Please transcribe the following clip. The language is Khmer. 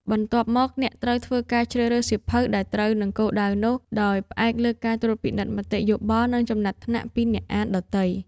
បន្ទាប់មក អ្នកត្រូវធ្វើការជ្រើសរើសសៀវភៅដែលត្រូវនឹងគោលដៅនោះ ដោយផ្អែកលើការត្រួតពិនិត្យមតិយោបល់ និងចំណាត់ថ្នាក់ពីអ្នកអានដទៃ។